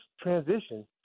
transition